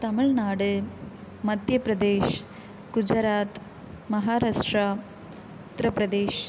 Tamil Nadu Madhya Pradesh Gujarat Maharashtra Uttar Pradesh